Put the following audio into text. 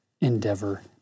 endeavor